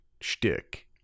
shtick